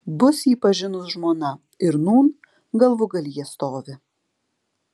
bus jį pažinus žmona ir nūn galvūgalyje stovi